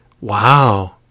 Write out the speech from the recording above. Wow